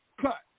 cut